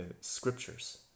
scriptures